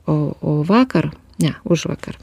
o o vakar ne užvakar